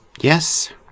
Yes